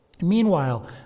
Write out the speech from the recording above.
Meanwhile